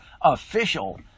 official